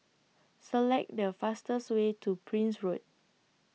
Select The fastest Way to Prince Road